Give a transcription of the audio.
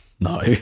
No